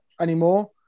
anymore